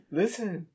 listen